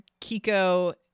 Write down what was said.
Kiko